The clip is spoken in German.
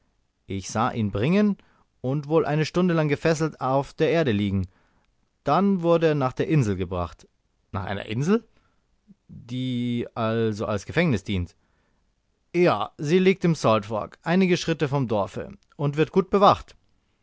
ich sah ihn bringen und wohl eine stunde lang gefesselt an der erde liegen dann wurde er nach der insel gebracht nach einer insel die also als gefängnis dient ja sie liegt im salt fork einige schritte vom dorfe und wird gut bewacht